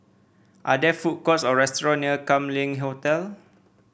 are there food courts or restaurant near Kam Leng Hotel